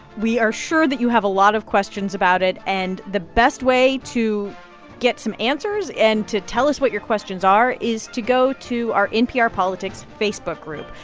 we are sure that you have a lot of questions about it, and the best way to get some answers and to tell us what your questions are is to go to our npr politics facebook group.